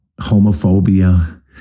homophobia